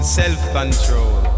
self-control